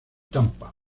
tampa